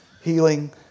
healing